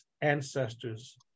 ancestors